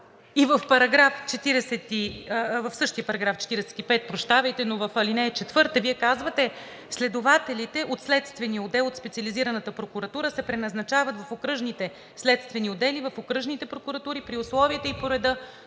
И в същия § 45, но в ал. 4 Вие казвате – следователите от Следствения отдел от Специализираната прокуратура се преназначават в окръжните следствени отдели, в окръжните прокуратури при условията и по реда